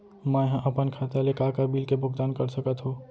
मैं ह अपन खाता ले का का बिल के भुगतान कर सकत हो